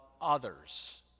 others